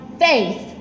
faith